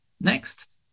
next